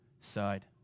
side